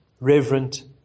reverent